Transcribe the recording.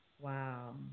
Wow